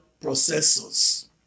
processors